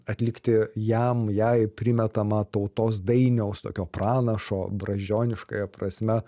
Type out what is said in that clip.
atlikti jam jai primetamą tautos dainiaus tokio pranašo brazdžioniškąja prasme